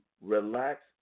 relax